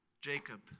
Jacob